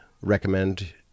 recommend